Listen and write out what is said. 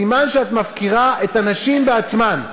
סימן שאת מפקירה את הנשים עצמן,